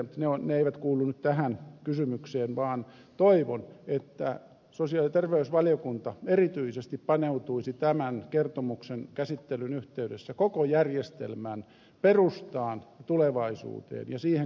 mutta se ei kuulu nyt tähän kysymykseen vaan toivon että sosiaali ja terveysvaliokunta erityisesti paneutuisi tämän kertomuksen käsittelyn yhteydessä koko järjestelmän perustaan ja tulevaisuuteen ja siihen kohdistuviin paineisiin